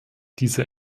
dieser